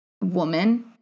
woman